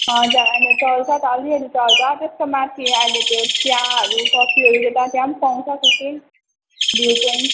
हजुर अहिले चल्छ त अलिअलि चल्छ त्यसको माथि अहिले त्यो चियाहरू कफीहरू त्यता त्यहाँ पनि पाउँछ के के भ्यू पोइन्ट